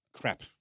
crap